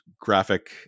graphic